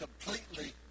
completely